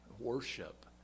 worship